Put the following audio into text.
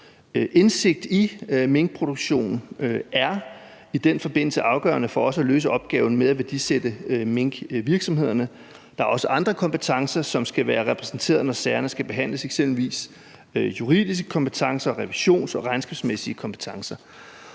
Indsigt i minkproduktionen er i den forbindelse også afgørende for at løse opgaven med at værdisætte minkvirksomhederne. Der er også andre kompetencer, som skal være repræsenteret, når sagerne skal behandles, eksempelvis juridiske kompetencer og revisions- og regnskabsmæssige kompetencer,